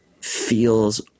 feels